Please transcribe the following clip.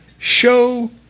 show